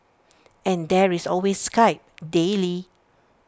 and there is always Skype daily